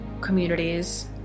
communities